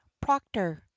proctor